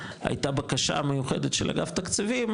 הייתה בקשה מיוחדת של אגף תקציבים,